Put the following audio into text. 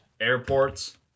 Airports